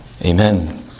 Amen